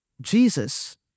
Jesus